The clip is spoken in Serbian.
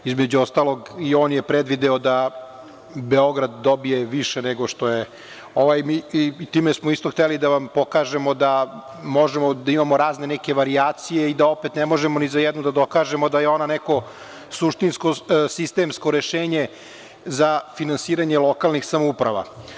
Između ostalog i on je predvideo da Beograd dobije više i time smo isto hteli da vam pokažemo da možemo da imamo razne neke varijacije i da opet ne možemo ni za jednu da dokažemo da je ona neko suštinsko, sistemsko rešenje za finansiranje lokalnih samouprava.